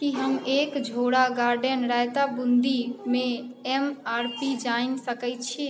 की हम एक झोरा गार्डन राइता बूँदीमे एम आर पी जानि सकै छी